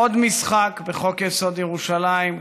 עוד משחק בחוק-יסוד: ירושלים,